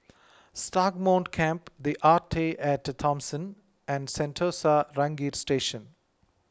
Stagmont Camp the Arte at Thomson and Sentosa Ranger Station